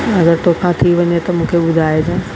अगरि तोखां थी वञे त मूंखे ॿुधाइजें